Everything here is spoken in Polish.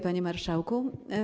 Panie Marszałku!